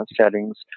settings